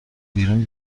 بیرون